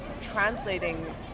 translating